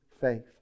faith